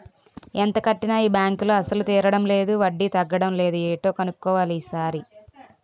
ఎంత కట్టినా ఈ బాంకులో అసలు తీరడం లేదు వడ్డీ తగ్గడం లేదు ఏటో కన్నుక్కోవాలి ఈ సారి